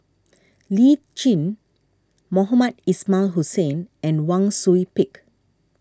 Lee Tjin Mohamed Ismail Hussain and Wang Sui Pick